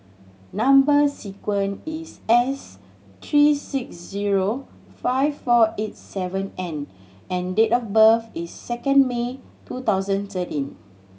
number sequence is S three six zero five four eight seven N and date of birth is second May two thousand thirteen